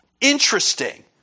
Interesting